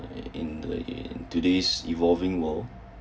in the today's evolving world